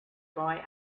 boy